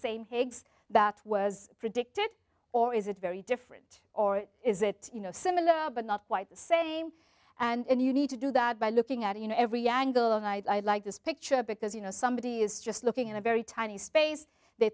higgs that was predicted or is it very different or is it you know similar but not quite the same and you need to do that by looking at you know every angle of i like this picture because you know somebody is just looking in a very tiny space they